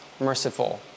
merciful